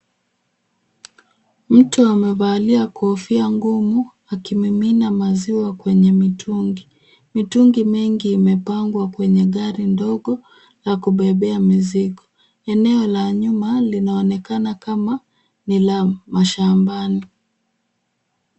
Mtu amevalia kofia ngumu, akimimina maziwa kwenye mitungi. Mitungi mingi imepangwa kwenye gari ndogo la kubebea mizigo. Eneo la nyuma linaonekana kama ni la mashambani.